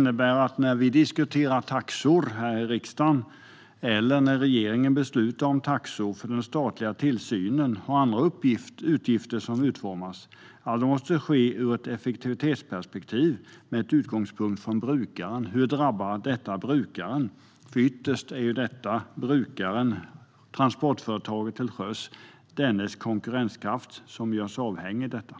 När vi diskuterar taxor här i riksdagen eller när regeringen beslutar om taxor för den statliga tillsynen eller utformar andra uppgifter måste man ha ett effektivitetsperspektiv med utgångspunkt i brukaren. Hur drabbar detta brukaren? Ytterst är det brukarens, transportföretaget till sjöss, konkurrenskraft som görs avhängig detta.